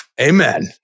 amen